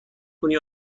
کنی